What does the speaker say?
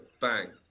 bang